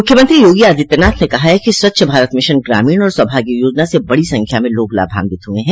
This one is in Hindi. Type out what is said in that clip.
मुख्यमंत्री योगी आदित्यनाथ ने कहा है कि स्वच्छ भारत मिशन ग्रामीण और सौभाग्य योजना से बड़ी संख्या में लोग लाभान्वित हुए हैं